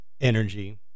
energy